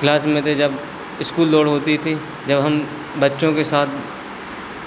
class में थे जब इस्कूल दौड़ होती थी जब हम बच्चों के साथ